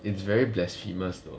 it's very blasphemous though